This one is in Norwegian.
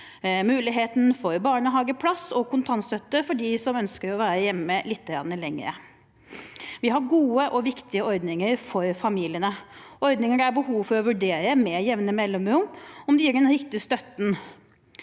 mulighet for barnehageplass, og det er kontantstøtte for dem som ønsker å være hjemme litt lenger. Vi har gode og viktige ordninger for familiene, ordninger det er behov for å vurdere med jevne mellomrom. Gir de den riktige støtten,